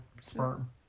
sperm